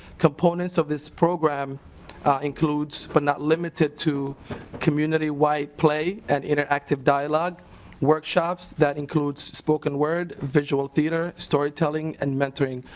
components of this program includes but not limited to community wide like an interactive dialogue workshops that includes spoken word visual theater storytelling and mentoring.